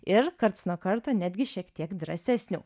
ir karts nuo karto netgi šiek tiek drąsesnių